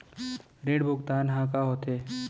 ऋण भुगतान ह का होथे?